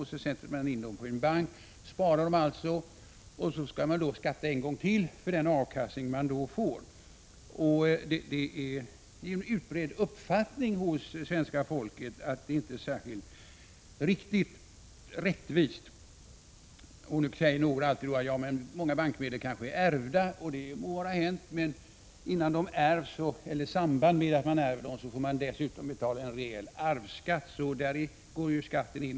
Sedan sätter man in dem på en bank och sparar dem, men då skall man skatta en gång till för den avkastning som man då får. Det är en utbredd uppfattning hos svenska folket att detta inte är särskilt rättvist. Någon kanske säger: Ja, men mycket av dessa bankmedel kan vara ärvda. Det må vara hänt, men i samband med att man ärver får man betala en rejäl arvsskatt, så även där kommer skatten in.